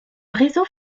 réseau